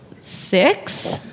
six